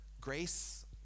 Grace